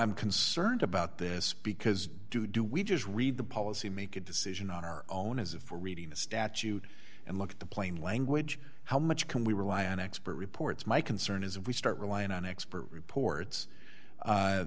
i'm concerned about this because to do we just read the policy make a decision on our own as if we're reading the statute and look at the plain language how much can we rely on expert reports my concern is if we start relying on expert reports